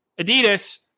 Adidas